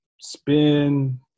spin